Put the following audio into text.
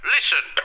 Listen